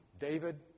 David